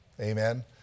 Amen